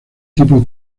tipo